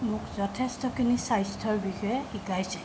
মোক যথেষ্টখিনি স্বাস্থ্যৰ বিষয়ে শিকাইছে